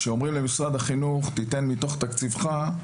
כשאומרים למשרד החינוך תיתן מתוך תקציבך,